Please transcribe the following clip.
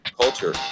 culture